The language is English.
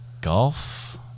golf